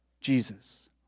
Jesus